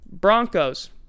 Broncos